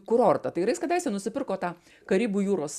kurortą tai yra jis kadaise nusipirko tą karibų jūros